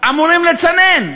אמורים לצנן.